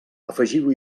afegiu